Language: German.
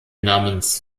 namens